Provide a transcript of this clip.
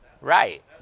Right